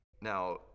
Now